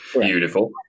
Beautiful